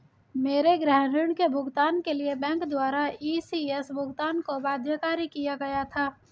मेरे गृह ऋण के भुगतान के लिए बैंक द्वारा इ.सी.एस भुगतान को बाध्यकारी किया गया था